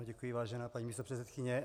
Děkuji, vážená paní místopředsedkyně.